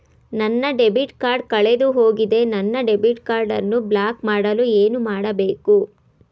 ನನ್ನ debit card ಕಳೆದುಹೋಗಿದೆ ನನ್ನ ಡೆಬಿಟ್ ಕಾರ್ಡ್ ಅನ್ನು ಬ್ಲಾಕ್ ಮಾಡಲು ಏನು ಮಾಡಬೇಕು?